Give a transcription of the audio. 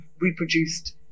reproduced